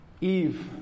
Eve